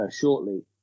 shortly